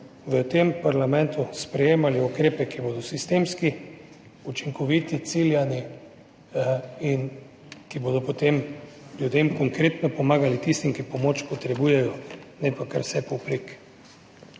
v tem parlamentu sprejemali ukrepe, ki bodo sistemski, učinkoviti, ciljani in bodo potem konkretno pomagali tistim ljudem, ki pomoč potrebujejo, ne pa kar vse povprek.